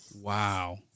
Wow